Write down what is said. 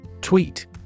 Tweet